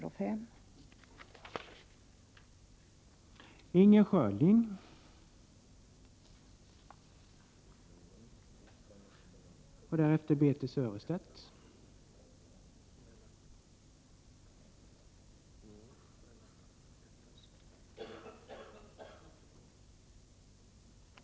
Anslag till kriminalvår: